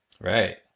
Right